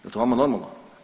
Jel' to vama normalno?